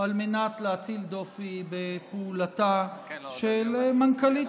על מנת להטיל דופי בפעולתה של מנכ"לית